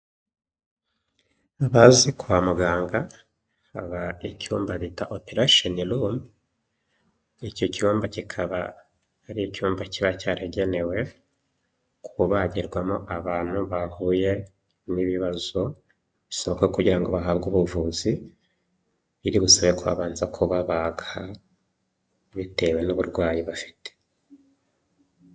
Abazi kwa muganga haba icyumba bita oterashenirumu, icyo cyumba kikaba ari icyumba kiba cyaragenewe kubagurwamo abantu bahuye n'ibibazo, bisabwa kugira ngo bahamwe ubuvuzi bitibusabwe ko babanza kubabaga bitewe n'uburwayi bafite